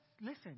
listen